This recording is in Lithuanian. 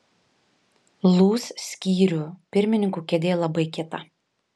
lūs skyrių pirmininkų kėdė labai kieta